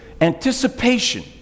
anticipation